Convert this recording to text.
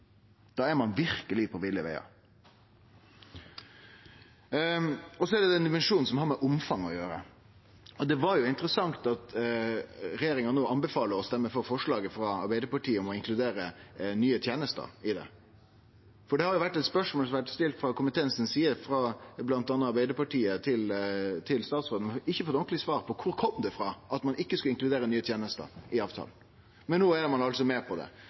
Da er ein verkeleg på ville vegar. Så er det den dimensjonen som har med omfanget å gjere. Det var interessant at regjeringa no anbefaler å stemme for forslaget frå Arbeidarpartiet om å inkludere nye tenester i avtalen. For det har vore eit spørsmål som har vore stilt frå komiteens side, frå bl.a. Arbeidarpartiet til statsråden, men ein har ikkje fått ordentleg svar på kvar det kom frå at ein ikkje skulle inkludere nye tenester i avtalen. No er ein altså med på det.